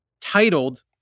titled